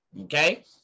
Okay